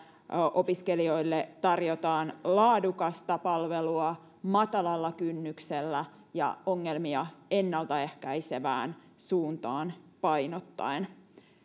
opiskelijoille tarjotaan laadukasta palvelua matalalla kynnyksellä ja ongelmia ennaltaehkäisevään suuntaan painottaen